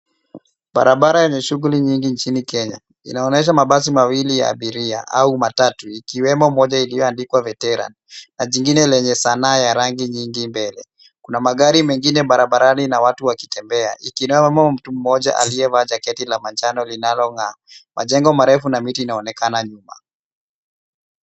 Barabara ya shughuli nyingi nchini Kenya inaonyesha mabasi mawili ya abiria au matatu ikiwemo moja iliyoandikwa veteran na jingine lenye sanaa ya rangi nyingine. Kuna magari mengine barabarani na watu wakitembea ikiwemo mtu mmoja aliyeavaa jaketi la manjano linalong'aa. Majengo marefu na miti inaonekana nyuma.